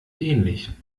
ähnlich